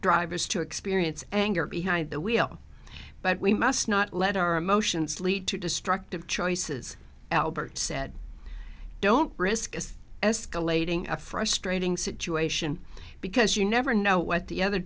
drivers to experience anger behind the wheel but we must not let our emotions lead to destructive choices albert said don't risk is escalating a frustrating situation because you never know what the other